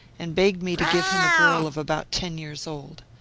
and begged me to give him a girl of about ten years old.